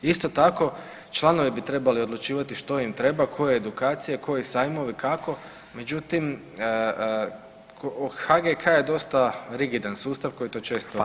Isto tako, članovi bi trebali odlučivati što im treba, koje edukacije, koji sajmovi, kako, međutim, HGK je dosta rigidan sustav koji to često ne dopušta.